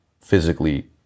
physically